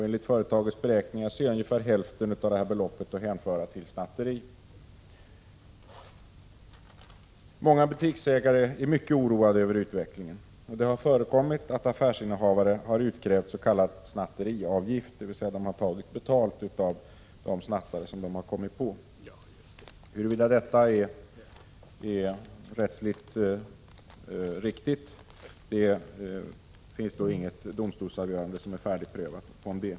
Enligt företagets beräkningar är ungefär hälften av detta belopp att hänföra till snatteri. Många butiksägare är mycket oroade över utvecklingen. Det har förekommit att affärsinnehavare utkrävt s.k. snatteriavgift, dvs. de har tagit betalt av de snattare som de har kommit på. När det gäller frågan huruvida detta är rättsligt riktigt finns det inget domstolsavgörande som är färdigprövat.